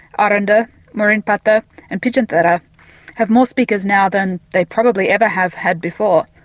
ah but and murriny-patha and pitjantjatjara have more speakers now than they probably ever have had before.